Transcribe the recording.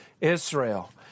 Israel